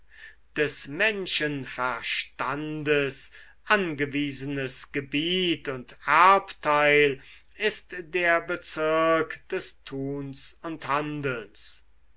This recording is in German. des menschenverstandes angewiesenes gebiet und erbteil ist der bezirk des tuns und handelns